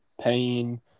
pain